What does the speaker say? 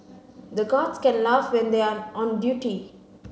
the guards can't laugh when they are on duty